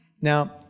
Now